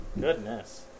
Goodness